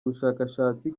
ubushakashatsi